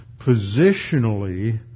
positionally